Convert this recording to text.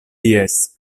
jes